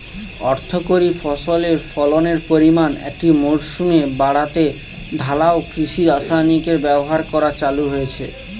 অর্থকরী ফসলের ফলনের পরিমান একটি মরসুমে বাড়াতে ঢালাও কৃষি রাসায়নিকের ব্যবহার করা চালু হয়েছে